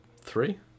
three